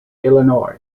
illinois